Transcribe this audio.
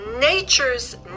nature's